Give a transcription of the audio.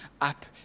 up